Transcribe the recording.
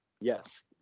Yes